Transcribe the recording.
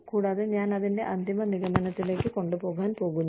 കൂടാതെ ഞാൻ അതിന്റെ അന്തിമ നിഗമനത്തിലേക്ക് കൊണ്ടുപോകാൻ പോകുന്നു